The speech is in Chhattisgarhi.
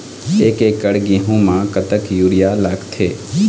एक एकड़ गेहूं म कतक यूरिया लागथे?